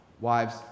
Wives